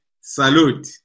Salute